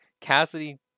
cassidy